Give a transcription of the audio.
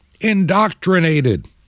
indoctrinated